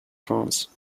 france